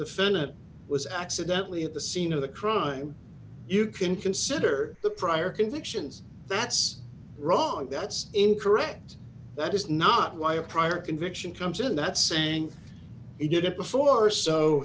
defendant was accidently at the scene of the crime you can consider the prior convictions that's wrong that's incorrect that is not why a prior conviction comes in that saying he did it before so